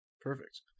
Perfect